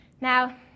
Now